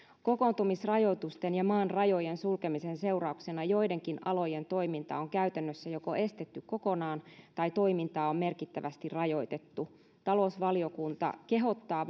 kokoontumisrajoitusten ja maan rajojen sulkemisen seurauksena joidenkin alojen toiminta on käytännössä joko estetty kokonaan tai toimintaa on merkittävästi rajoitettu talousvaliokunta kehottaa